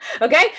Okay